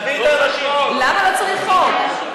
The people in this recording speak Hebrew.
לא צריך חוק.